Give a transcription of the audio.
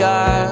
God